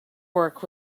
work